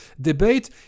debate